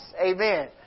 Amen